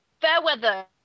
Fairweather